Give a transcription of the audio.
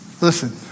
Listen